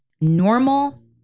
normal